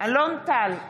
אלון טל,